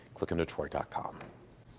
clickondetroit ah com.